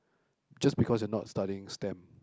just because you're not studying stem